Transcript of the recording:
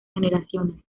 generaciones